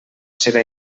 serà